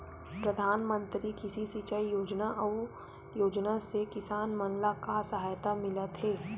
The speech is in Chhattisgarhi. प्रधान मंतरी कृषि सिंचाई योजना अउ योजना से किसान मन ला का सहायता मिलत हे?